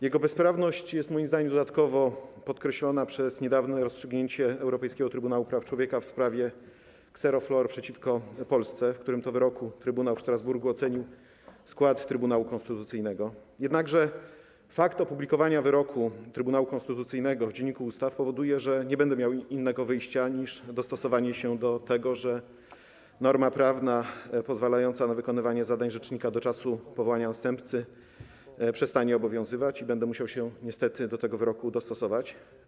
Jego bezprawność jest moim zdaniem dodatkowo podkreślona przez niedawne rozstrzygnięcie Europejskiego Trybunału Praw Człowieka w sprawie Xero Flor przeciwko Polsce, w którym to wyroku Trybunał w Strasburgu ocenił skład Trybunału Konstytucyjnego, jednakże fakt opublikowania wyroku Trybunału Konstytucyjnego w Dzienniku Ustaw powoduje, że nie będę miał innego wyjścia niż dostosowanie się do tego, że norma prawna pozwalająca na wykonywanie zadań rzecznika do czasu powołania następcy przestanie obowiązywać i będę musiał się niestety do tego wyroku dostosować.